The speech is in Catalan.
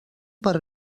per